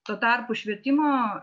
tuo tarpu švietimo